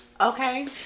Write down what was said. Okay